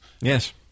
yes